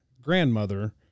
grandmother